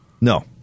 No